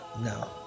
No